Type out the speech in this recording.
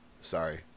sorry